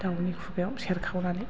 दाउनि खुगायाव सेरखावनानै